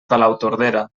palautordera